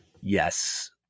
Yes